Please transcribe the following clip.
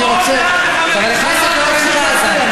חבר הכנסת אורן חזן,